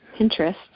Pinterest